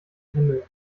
himmel